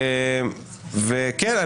כן,